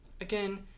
again